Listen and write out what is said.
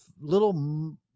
little